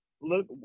Look